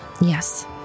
yes